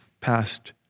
past